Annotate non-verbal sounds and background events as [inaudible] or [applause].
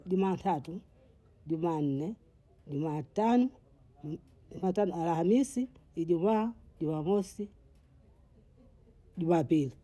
Jumatatu, jumanne, jumatanu, [hesitation] jumatano, alhamisi, ijumaa, jumamosi, jumapili.